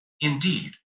Indeed